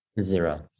Zero